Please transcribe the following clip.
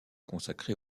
consacré